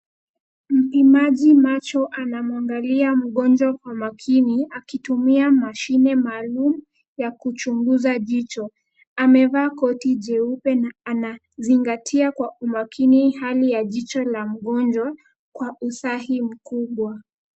Mpimaji macho anamwangalia mgonjwa kwa makini akitumia mashine maalum ya kuchunguza jicho. Amevaa koti jeupe na anazingatia kwa umakini hali ya jicho la mgonjwa kwa usahi mkubwa.